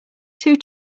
two